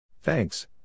Thanks